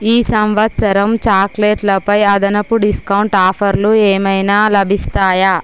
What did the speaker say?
ఈ సంవత్సరం చాక్లెట్లపై అదనపు డిస్కౌంట్ ఆఫర్లు ఏమైనా లభిస్తాయా